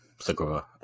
Segura